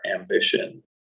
ambition